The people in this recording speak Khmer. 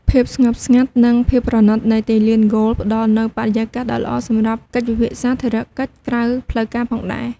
ភាពស្ងប់ស្ងាត់ និងភាពប្រណីតនៃទីលានហ្គោល ផ្ដល់នូវបរិយាកាសដ៏ល្អសម្រាប់កិច្ចពិភាក្សាធុរកិច្ចក្រៅផ្លូវការផងដែរ។